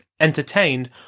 entertained